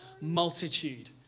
multitude